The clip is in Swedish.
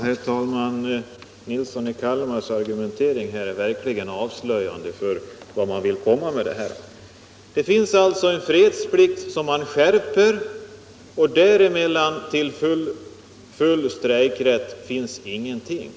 Herr talman! Herr Nilsson i Kalmar argumenterar på ett sätt som verkligen är avslöjande för vart socialdemokraterna vill komma. Mellan den fredsplikt som man nu skärper och full strejkrätt finns ingenting.